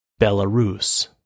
Belarus